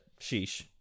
Sheesh